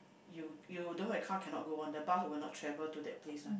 you you don't have car cannot go one the bus will not travel to that place one